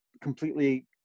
completely